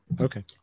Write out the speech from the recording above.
okay